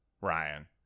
Ryan